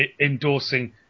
endorsing